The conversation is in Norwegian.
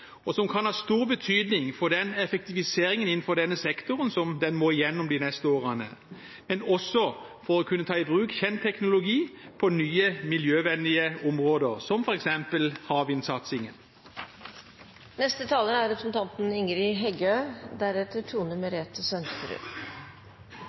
og som kan ha stor betydning for den effektiviseringen innenfor denne sektoren som den må gjennom de neste årene, men også for å kunne ta i bruk kjent teknologi på nye miljøvennlige områder, som f.eks. havvindsatsingen. Betyr det noko kven som styrer? Ja, det gjer det. Kommuneøkonomi er